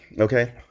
Okay